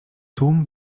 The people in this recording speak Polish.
tłum